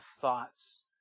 thoughts